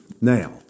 Now